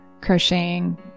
crocheting